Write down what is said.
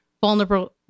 vulnerable